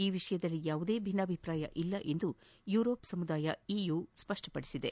ಈ ವಿಷಯದಲ್ಲಿ ಯಾವುದೇ ಭಿನ್ನಾಭಿಪ್ರಾಯ ಇಲ್ಲ ಎಂದು ಯೂರೋಪ್ ಸಮುದಾಯ ಇಯು ಸ್ವಷ್ಪಡಿಸಿದೆ